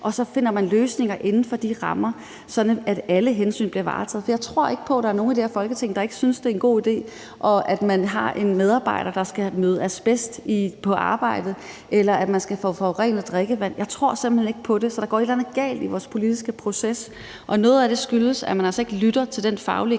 og så finder man løsninger inden for de rammer, sådan at alle hensyn bliver varetaget? Jeg tror ikke på, der er nogen i det her Folketing, der synes, det er en god idé, at man har en medarbejder, der skal møde asbest på arbejdet, eller at man skal få forurenet drikkevand. Jeg tror simpelt hen ikke på det. Så der går et eller andet galt i vores politiske proces. Og noget af det skyldes, at man altså ikke lytter til den faglige